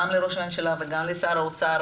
גם לראש הממשלה וגם לשר האוצר,